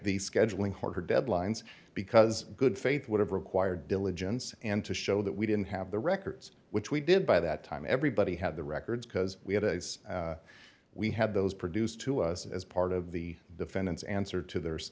the scheduling harder deadlines because good faith would have required diligence and to show that we didn't have the records which we did by that time everybody had the records because we had we had those produced to us as part of the defendant's answer to